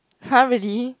!huh! really